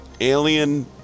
alien